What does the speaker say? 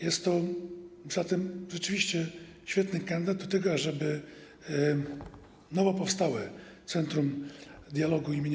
Jest to zatem rzeczywiście świetny kandydat do tego, ażeby nowo powstałe Centrum Dialogu im.